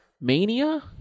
mania